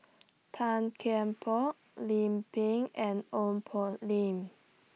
Tan Kian Por Lim Pin and Ong Poh Lim